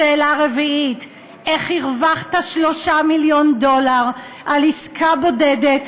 שאלה רביעית: איך הרווחת 3 מיליון דולר על עסקה בודדת